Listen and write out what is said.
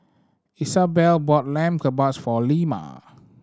Isabelle bought Lamb Kebabs for Lemma